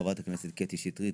חברת הכנסת קטי שטרית,